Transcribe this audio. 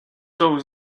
always